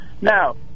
Now